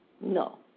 No